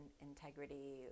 integrity